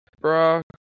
Brock